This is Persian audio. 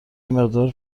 مقدار